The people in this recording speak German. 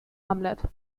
hamlet